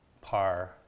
par